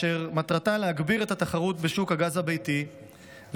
אשר מטרתה להגביר את התחרות בשוק הגז הביתי ולשמור